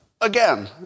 again